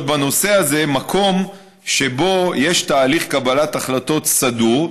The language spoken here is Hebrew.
בנושא הזה מקום שבו יש תהליך קבלת החלטות סדור,